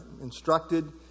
instructed